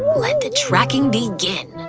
let the tracking begin!